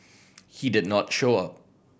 he did not show up